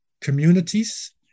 communities